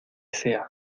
sea